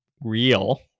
real